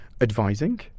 advising